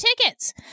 tickets